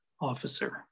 officer